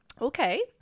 Okay